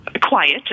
quiet